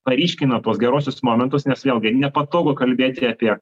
paryškina tuos geruosius momentus nes vėlgi nepatogu kalbėti apie